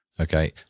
Okay